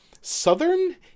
Southern